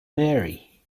mary